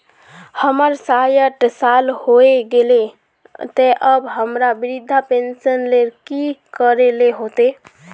हमर सायट साल होय गले ते अब हमरा वृद्धा पेंशन ले की करे ले होते?